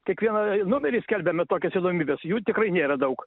kiekvieną numerį skelbiame tokias įdomybes jų tikrai nėra daug